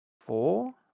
four